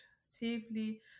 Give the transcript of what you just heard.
safely